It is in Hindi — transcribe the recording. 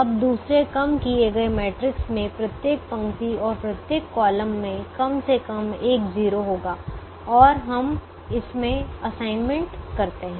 अब दूसरे कम किए गए मैट्रिक्स में प्रत्येक पंक्ति और प्रत्येक कॉलम में कम से कम एक 0 होगा और हम इसमें असाइनमेंट करते हैं